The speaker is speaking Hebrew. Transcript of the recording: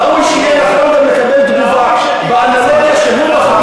ראוי שיהיה נכון גם לקבל תגובה על האנלוגיה שהוא בחר.